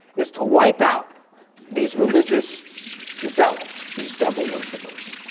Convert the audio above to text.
is to wipe out these religious zealots, these devil worshippers.